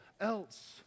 else